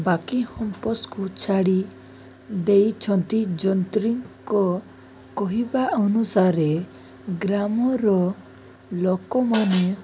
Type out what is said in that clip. ବାକି ହମ୍ପସକୁ ଛାଡ଼ି ଦେଇଛନ୍ତି ଯନ୍ତ୍ରିଙ୍କ କହିବା ଅନୁସାରେ ଗ୍ରାମର ଲୋକମାନେ